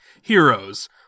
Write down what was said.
heroes